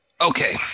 Okay